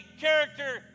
character